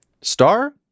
Star